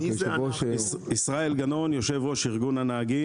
חופשי-חודשי ברכבת למי שגר בפריפריה עולה 600 שקל.